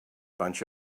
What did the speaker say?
bunch